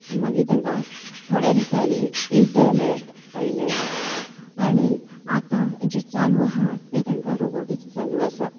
मागीर तांकां थोड्या दिसांनी इंटरनेट आयलें आनी आतां जें चालू आसा तें तांकां रोबोटिक्स चालू आसा